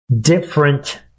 different